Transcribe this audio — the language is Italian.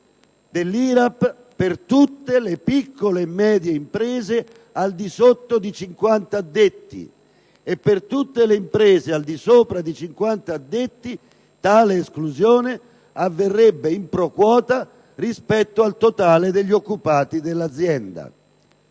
dell'IRAP per tutte le piccole e medie imprese al di sotto di 50 addetti, mentre per tutte le imprese al di sopra di 50 addetti tale esclusione avverrebbe *pro quota* rispetto al totale degli occupati dell'azienda.